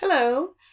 Hello